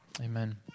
Amen